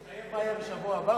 אתה יודע מה יהיה בשבוע הבא?